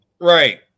Right